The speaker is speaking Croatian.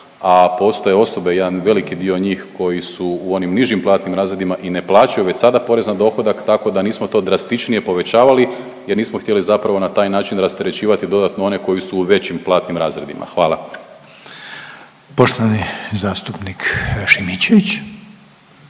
a postoje osobe jedan veliki dio njih koji su u onim nižim platnim razredima i ne plaćaju već sada porez na dohodak tako da nismo to drastičnije povećavali jer nismo htjeli zapravo na taj način rasterećivati dodatno one koji su u većim platnim razredima. Hvala. **Reiner,